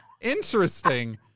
Interesting